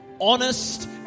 Honest